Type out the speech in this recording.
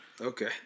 Okay